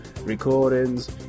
recordings